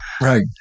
Right